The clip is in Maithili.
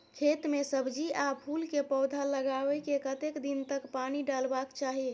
खेत मे सब्जी आ फूल के पौधा लगाबै के कतेक दिन तक पानी डालबाक चाही?